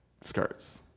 skirts